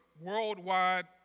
worldwide